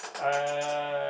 uh